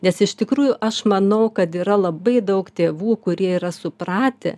nes iš tikrųjų aš manau kad yra labai daug tėvų kurie yra supratę